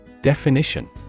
Definition